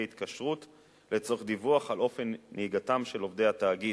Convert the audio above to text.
התקשרות לצורך דיווח על אופן נהיגתם של עובדי התאגיד.